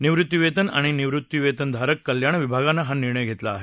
निवृत्तीवेतन आणि निवृत्तीवेतनधारक कल्याण विभागानं हा निर्णय घेतला आहे